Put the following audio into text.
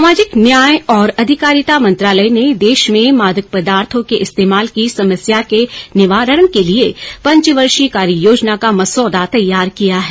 सामाजिक न्याय और अधिकारिता मंत्रालय ने देश में मादक पदार्थो के इस्तेमाल की समस्या के निवारण के लिए पंचवर्षीय कार्य योजना का मसौदा तैयार किया है